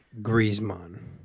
Griezmann